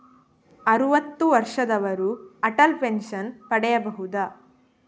ಅರುವತ್ತು ವರ್ಷದವರು ಅಟಲ್ ಪೆನ್ಷನ್ ಪಡೆಯಬಹುದ?